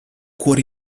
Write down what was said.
cuore